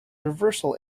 reversal